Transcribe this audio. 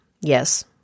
yes